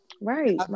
Right